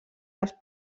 les